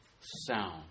sound